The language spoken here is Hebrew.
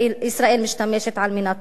בישראל על ערכים של שליטה,